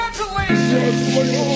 Congratulations